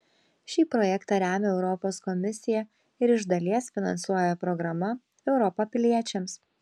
šį projektą remia europos komisija ir iš dalies finansuoja programa europa piliečiams